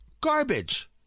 Garbage